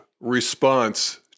Response